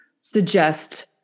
suggest